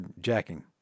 jacking